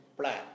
plan